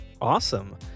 Awesome